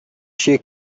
she